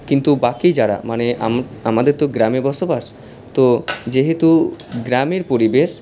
কিন্তু বাকি যারা মানে আমাদের তো গ্রামে বসবাস তো যেহেতু গ্রামের পরিবেশ